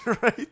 right